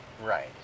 Right